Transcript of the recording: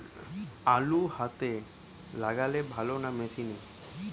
আলু হাতে লাগালে ভালো না মেশিনে?